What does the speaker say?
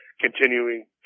continuing